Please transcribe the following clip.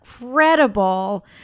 incredible